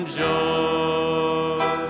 joy